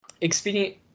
expedient